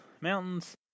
mountains